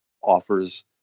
offers